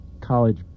college